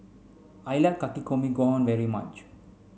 I like Takikomi Gohan very much